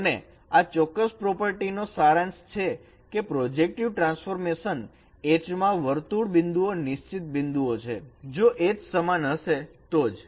અને આ ચોક્કસ પ્રોપર્ટી નો સારાંશ છે કે પ્રોજેક્ટિવ ટ્રાન્સફોર્મેશન H માં વર્તુળ બિંદુઓ નિશ્ચિત બિંદુઓ છે જો H સમાન હશે તો જ